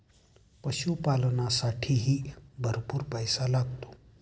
पशुपालनालासाठीही भरपूर पैसा लागतो